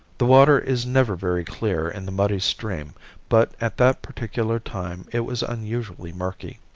the water is never very clear in the muddy stream but at that particular time it was unusually murky.